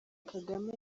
kagame